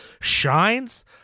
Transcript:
shines